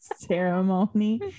ceremony